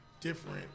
different